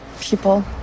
people